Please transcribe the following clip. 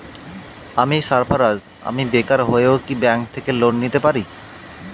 আমি সার্ফারাজ, আমি বেকার হয়েও কি ব্যঙ্ক থেকে লোন নিতে পারি?